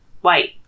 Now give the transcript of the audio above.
white